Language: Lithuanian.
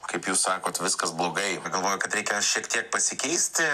kaip jūs sakot viskas blogai galvoju kad reikia šiek tiek pasikeisti